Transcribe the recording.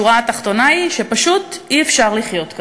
השורה התחתונה היא שפשוט אי-אפשר לחיות כאן.